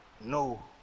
no